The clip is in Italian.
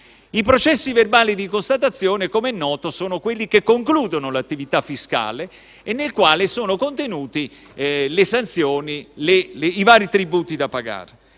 I processi verbali di constatazione, com'è noto, sono quelli che concludono l'attività fiscale e nel quale sono contenute le sanzioni e i vari tributi da pagare.